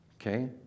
okay